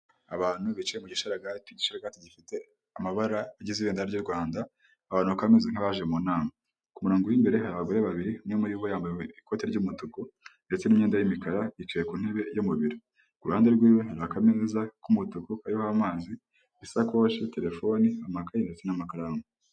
Abantu bicaye mu gisharagati, igicaragati gifite amabara agize ibendera ry'u Rwanda. Abantu bakaba bameze nk'abaje mu nama, ku murongo w'imbere hari abagore babiri. Umwe muri bo yambaye ikoti ry'umutuku ndetse n'imyenda y'imikara, yicaye ku ntebe yo mubiro. Iruhande rwe hari akameza k'umutuku kariho amazi, isakoshi, telefoni, amakayi ndetse n'amakaramu.